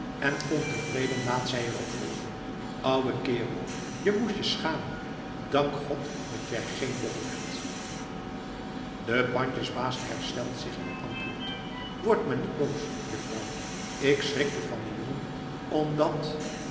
en ontevreden laat zij er op volgen ouwe kerel je moest je schamen dank god dat jij geen bochel hebt de pandjesbaas herstelt zich en antwoordt word maar niet boos juffrouw ik schrikte van den jongen omdat